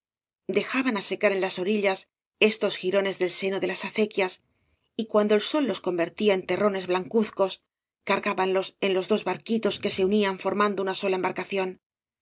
dejaban á secar en las orillas estos jirones del seno de las acequias y cuando el sol los convertía en terrones blancuzcos cargábanlos en los dos barquitos que se unían formando una sola embarcación